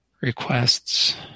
requests